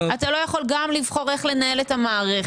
אתה לא יכול גם לבחור איך לנהל את המערכת